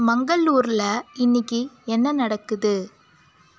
மங்களூரில் இன்றைக்கு என்ன நடக்குது